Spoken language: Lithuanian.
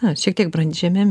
na šiek tiek brandžiame